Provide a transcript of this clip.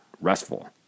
restful